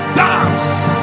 dance